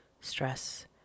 stress